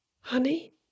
Honey